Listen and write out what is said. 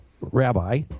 rabbi